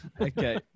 Okay